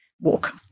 Walk